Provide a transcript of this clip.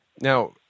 Now